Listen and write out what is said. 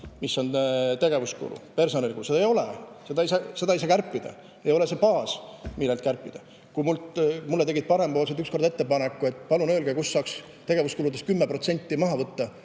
mis on tegevuskulu, personalikulu, ei ole. Seda ei saa kärpida, sest ei ole seda baasi, millelt kärpida. Kui mulle tegid parempoolsed ükskord ettepaneku, et palun öelge, kust saaks tegevuskuludest 10% maha võtta,